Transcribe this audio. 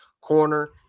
corner